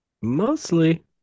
mostly